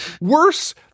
Worse